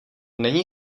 není